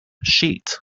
sheet